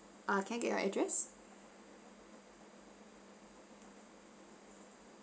err can I get your address